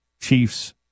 Chiefs